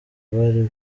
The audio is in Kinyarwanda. bari